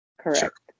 Correct